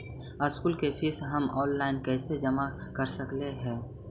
School के fees हम online कैसे जमा कर सक हिय?